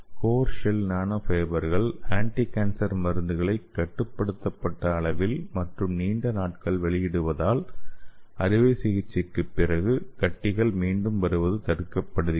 core shell nano ஃபைபர்கள் anticancer மருந்துகளை கட்டுப்படுத்தப்பட்ட அளவில் மற்றும் நீண்ட நாட்கள் வெளியிடுவதால் அறுவைசிகிச்சைக்குப் பிறகு கட்டிகள் மீண்டும் வருவது தடுக்கப்படுகிறது